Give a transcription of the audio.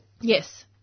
Yes